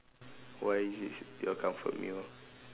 why is it your comfort meal